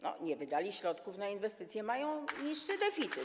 No, nie wydali środków na inwestycje, mają niższy deficyt.